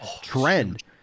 trend